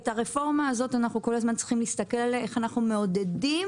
אנחנו צריכים לראות איך אנחנו מעודדים